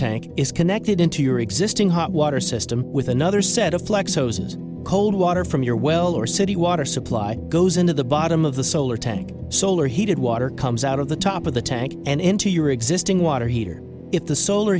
tank is connected into your existing hot water system with another set of flex hoses cold water from your well or city water supply goes into the bottom of the solar tank solar heated water comes out of the top of the tank and into your existing water heater if the solar